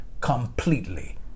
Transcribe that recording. completely